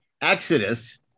Exodus